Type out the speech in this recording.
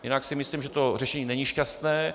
Jinak si myslím, že to řešení není šťastné.